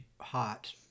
hot